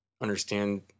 understand